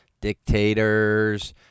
Dictators